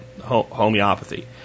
homeopathy